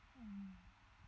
mmhmm